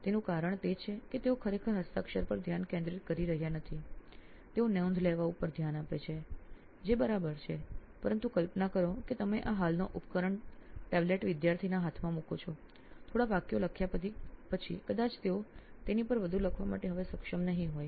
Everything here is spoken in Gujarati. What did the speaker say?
તેનું કારણ તે છે કે તેઓ ખરેખર હસ્તાક્ષર પર ધ્યાન કેન્દ્રિત કરી રહ્યા નથી તેઓ નોંધ લેવા ઉપર ધ્યાન આપે છે જે બરાબર છે પરંતુ કલ્પના કરો કે તમે આ હાલનો ઉપકરણ ટેબલેટ વિદ્યાર્થીના હાથમાં મૂકો છો થોડા વાક્યો લખ્યાં પછી કદાચ તેઓ તેની પર વધુ લખવા માટે હવે સક્ષમ નહીં હોય